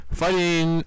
fighting